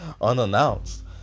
unannounced